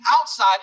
outside